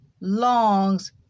longs